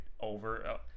over